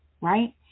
right